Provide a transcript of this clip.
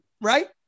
right